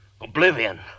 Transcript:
Oblivion